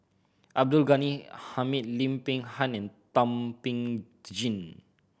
Abdul Ghani Hamid Lim Peng Han and Thum Ping Tjin